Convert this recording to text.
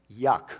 Yuck